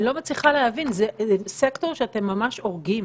אני לא מצליחה להבין, זה סקטור שאתם ממש הורגים.